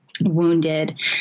wounded